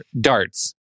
Darts